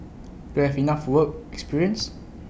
do I have enough work experience